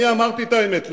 אני אמרתי את האמת לעמי,